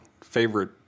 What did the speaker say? favorite